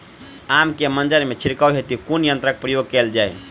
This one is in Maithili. आम केँ मंजर मे छिड़काव हेतु कुन यंत्रक प्रयोग कैल जाय?